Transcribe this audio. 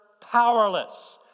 powerless